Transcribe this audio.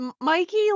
mikey